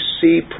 see